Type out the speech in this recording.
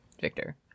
Victor